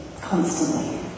constantly